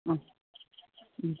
ആ ഉം